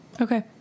Okay